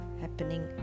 happening